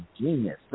genius